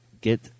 get